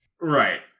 Right